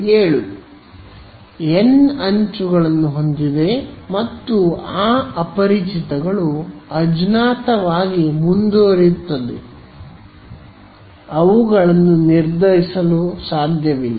N ಅಂಚುಗಳನ್ನು ಹೊಂದಿದೆ ಮತ್ತು ಆ ಅಪರಿಚಿತಗಳು ಅಜ್ಞಾತವಾಗಿ ಮುಂದುವರಿಯುತ್ತದೆ ಅವುಗಳನ್ನು ನಿರ್ಧರಿಸಲಾಗುವುದಿಲ್ಲ